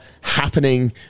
happening